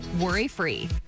worry-free